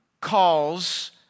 calls